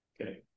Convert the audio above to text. Okay